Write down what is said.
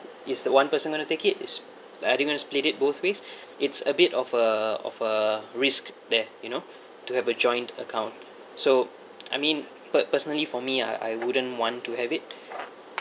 it's the one person going to take it s~ or split it both ways it's a bit of a of a risk there you know to have a joint account so I mean but personally for me I I wouldn't want to have it